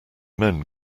men